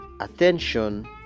attention